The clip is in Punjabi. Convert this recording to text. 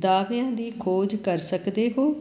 ਦਾਅਵਿਆਂ ਦੀ ਖੋਜ ਕਰ ਸਕਦੇ ਹੋ